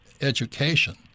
Education